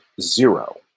zero